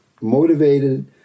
motivated